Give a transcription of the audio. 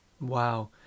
Wow